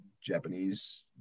japanese